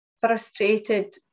frustrated